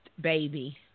baby